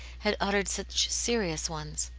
had uttered such serious ones.